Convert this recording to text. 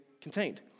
contained